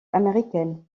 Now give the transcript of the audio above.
américaine